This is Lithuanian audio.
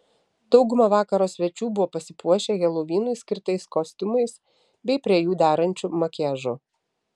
dauguma vakaro svečių buvo pasipuošę helovinui skirtais kostiumais bei prie jų derančiu makiažu